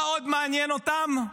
מה עוד מעניין אותם?